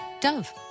Dove